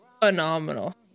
phenomenal